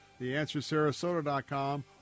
theanswersarasota.com